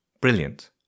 Brilliant